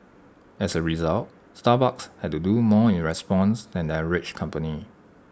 as A result Starbucks had to do more in response than the average company